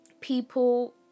people